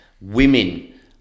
women